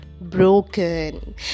broken